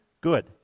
Good